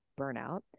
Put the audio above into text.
burnout